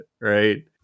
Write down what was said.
right